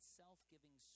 self-giving